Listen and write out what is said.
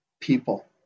people